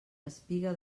espiga